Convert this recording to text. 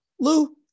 Lou